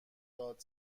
داد